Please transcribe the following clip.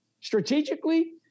Strategically